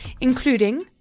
including